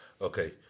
Okay